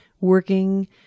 Working